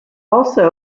also